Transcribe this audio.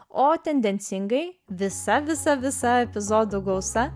o tendencingai visa visa visa epizodų gausa